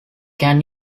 can